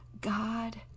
God